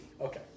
Okay